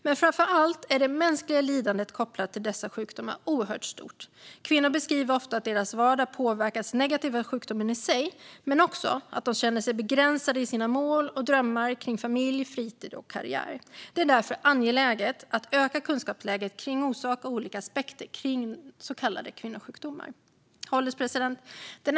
Men framför allt är det mänskliga lidandet kopplat till dessa sjukdomar oerhört stort. Kvinnor beskriver ofta att deras vardag påverkas negativt av sjukdomen i sig men också av att de känner sig begränsade i sina mål och drömmar om familj, fritid och karriär. Det är därför angeläget att öka kunskapsläget vad gäller orsaker till och olika aspekter på så kallade kvinnosjukdomar. Herr ålderspresident!